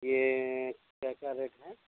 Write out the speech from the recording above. یہ کیا کیا ریٹ ہے